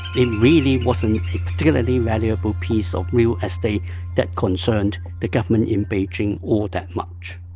it really wasn't a particularly valuable piece of real estate that concerned the government in beijing all that much